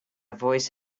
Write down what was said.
voice